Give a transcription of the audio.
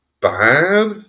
bad